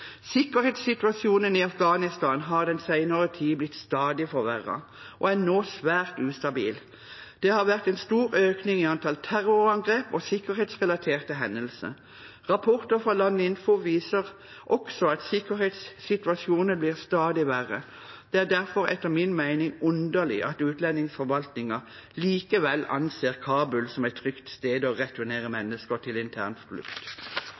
Sikkerhetssituasjonen i Afghanistan har den senere tiden blitt stadig forverret og er nå svært ustabil. Det har vært en stor økning i antall terrorangrep og sikkerhetsrelaterte hendelser. Rapporter fra Landinfo viser også at sikkerhetssituasjonen blir stadig verre. Det er derfor etter min mening underlig at utlendingsforvaltningen likevel anser Kabul som et trygt sted å returnere mennesker til